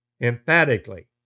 Emphatically